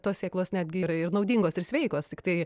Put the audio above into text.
tos sėklos netgi yra ir naudingos ir sveikos tiktai